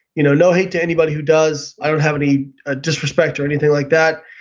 you know no hate to anybody who does, i don't have any ah disrespect or anything like that,